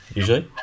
usually